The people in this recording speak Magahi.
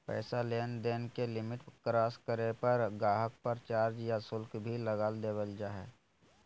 पैसा लेनदेन के लिमिट क्रास करे पर गाहक़ पर चार्ज या शुल्क भी लगा देवल जा हय